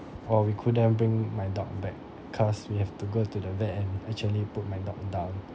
for we couldn't bring my dog back cause we have to go to the vet and actually put my dog down